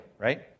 right